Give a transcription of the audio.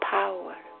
power